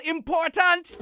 Important